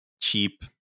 cheap